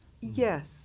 yes